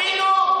אפילו,